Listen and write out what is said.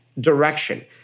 direction